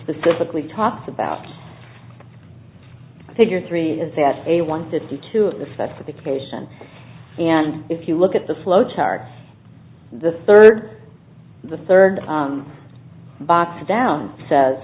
specifically talks about figure three is that a one to two to the specification and if you look at the flow chart the third the third box down says